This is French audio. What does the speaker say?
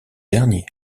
dernier